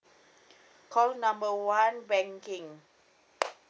call number one banking